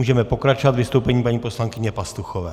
Můžeme pokračovat vystoupením paní poslankyně Pastuchové.